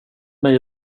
mig